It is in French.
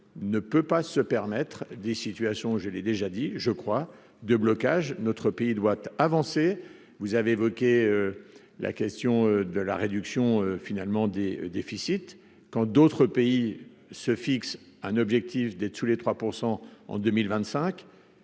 ne peut pas se permettre des situations, j'ai l'ai déjà dit, je crois, de blocage, notre pays doit avancer, vous avez évoqué la question de la réduction finalement des déficits quand d'autres pays se fixe un objectif d'être sous les 3 % en 2025